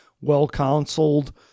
well-counseled